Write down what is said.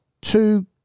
two